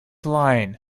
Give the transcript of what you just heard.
line